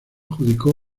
adjudicó